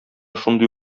шундый